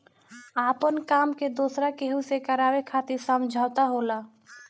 आपना काम के दोसरा केहू से करावे खातिर समझौता होला